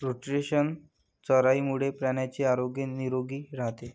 rotational चराईमुळे प्राण्यांचे आरोग्य निरोगी राहते